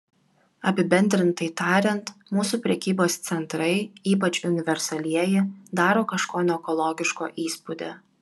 apibendrintai tariant mūsų prekybos centrai ypač universalieji daro kažko neekologiško įspūdį